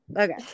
Okay